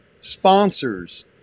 sponsors